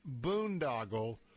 boondoggle